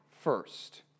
first